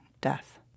death